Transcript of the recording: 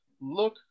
look